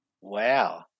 Wow